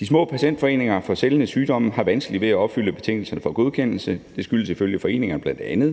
De små patientforeninger for sjældne sygdomme har vanskeligt ved at opfylde betingelserne for godkendelse. Det skyldes ifølge foreningerne bl.a.,